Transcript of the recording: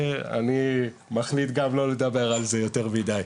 אני מחליט גם לא לדבר על זה יותר מדי.